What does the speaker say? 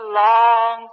long